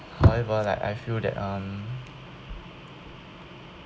however like I feel that um